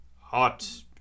hot